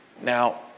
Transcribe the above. Now